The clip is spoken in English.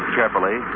Carefully